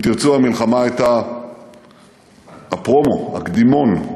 אם תרצו, המלחמה הייתה הפרומו, הקדימון,